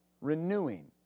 Renewing